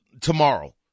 tomorrow